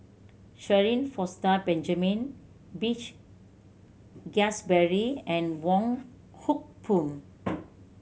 Shirin Fozdar Benjamin Peach Keasberry and Wong Hock Boon